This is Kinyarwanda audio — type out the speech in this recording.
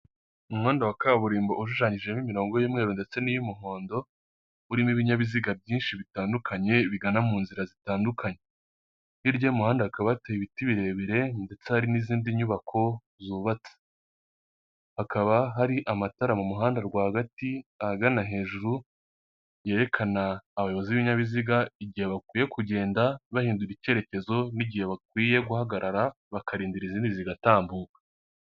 Umuhanda wa kaburimbo ushushanyijehomo imirongo y'umweru ndetse n'iy'umuhondo urimo ibinyabiziga byinshi bitandukanye bigana mu nzira zitandukanye, hirya y'umuhanda hakaba hateye ibiti birebire ndetse hari n'izindi nyubako zubatse, hakaba hari amatara mu muhanda rwagati ahagana hejuru yerekana abayobozi b'ibinyabiziga igihe bakwiye kugenda bahindura icyerekezo n'igihe bakwiye guhagarara bakarinda izindi zigatambuka.